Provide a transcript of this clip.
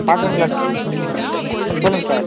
பார்க்குறீங்களா ம் சொல்லுங்கள் சார்